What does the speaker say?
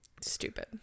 stupid